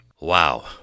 Wow